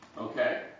Okay